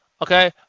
Okay